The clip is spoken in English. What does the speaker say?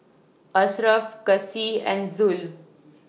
Ashraf Kasih and Zul